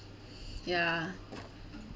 ya